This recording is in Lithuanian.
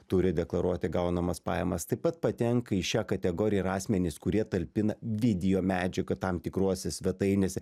turi deklaruoti gaunamas pajamas taip pat patenka į šią kategoriją ir asmenys kurie talpina video medžiagą tam tikrose svetainėse